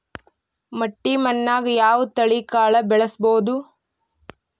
ಮಟ್ಟಿ ಮಣ್ಣಾಗ್, ಯಾವ ತಳಿ ಕಾಳ ಬೆಳ್ಸಬೋದು?